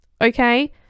okay